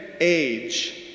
age